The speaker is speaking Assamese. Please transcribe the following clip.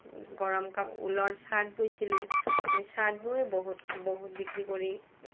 গৰম ঊলৰ ছাৰ্ট বৈছিলোঁ মই ছাৰ্ট বৈয়ে বহুত বহুত বিক্ৰী কৰি